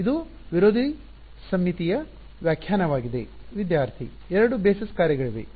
ಇದು ವಿರೋಧಿ ಸಮ್ಮಿತೀಯ ವ್ಯಾಖ್ಯಾನವಾಗಿದೆ ವಿದ್ಯಾರ್ಥಿ ಎರಡು ಆಧಾರ ಬೆಸಸ್ ಕಾರ್ಯಗಳಿವೆ